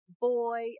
Boy